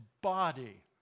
body